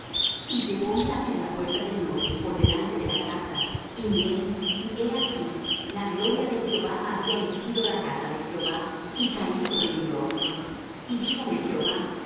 y llevóme hacia la puerta del norte por delante de la casa y miré y he aquí la gloria de jehová había henchido la casa de jehová y caí sobre mi rostro y díjome jehová